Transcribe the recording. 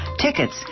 tickets